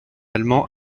allemand